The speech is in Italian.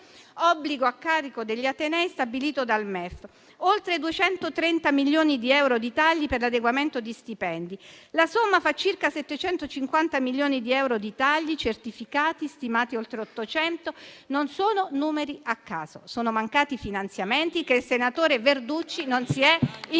obbligo a carico degli atenei stabilito dal MEF; oltre 230 milioni di euro di tagli per l'adeguamento di stipendi. La somma fa circa 750 milioni di euro di tagli certificati, stimati oltre 800. Non sono numeri a caso: sono mancati finanziamenti che il senatore Verducci, non si è inventato.